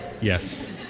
Yes